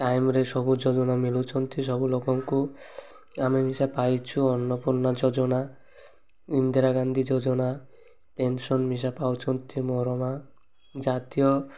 ଟାଇମରେ ସବୁ ଯୋଜନା ମିଳୁଛନ୍ତି ସବୁ ଲୋକଙ୍କୁ ଆମେ ମିଶା ପାଇଛୁ ଅନ୍ନପୂର୍ଣ୍ଣା ଯୋଜନା ଇନ୍ଦିରା ଗାନ୍ଧୀ ଯୋଜନା ପେନ୍ସନ୍ ମିଶା ପାଉଛନ୍ତି ମୋର ମାଆ ଜାତୀୟ